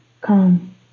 Come